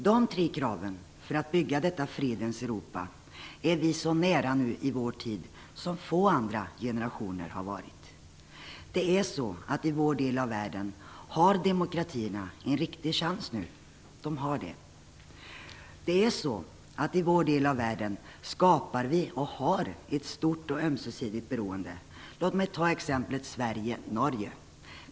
De tre kraven för uppbyggnad av ett fredens Europa är vi i vår tid så nära som få andra generationer har varit. I vår del av världen har demokratierna nu en riktig chans. I vår del av världen skapar vi och har skapat ett stort och ömsesidigt beroende. Låt mig peka på exemplet Sverige - Norge.